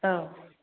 औ